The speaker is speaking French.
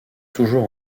toujours